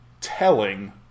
telling